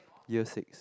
year six